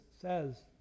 says